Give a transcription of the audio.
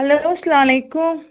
hello اسلامُ علیکُم